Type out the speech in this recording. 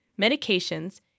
medications